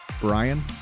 Brian